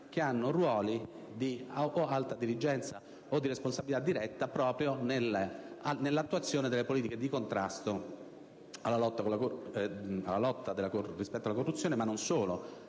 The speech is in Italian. che hanno ruoli di alta dirigenza o di responsabilità diretta proprio nell'attuazione delle politiche di contrasto alla lotta alla corruzione ed anche